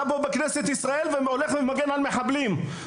אתה פה בכנסת ישראל והולך ומגן על מחבלים,